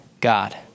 God